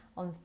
on